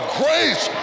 grace